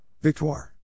Victoire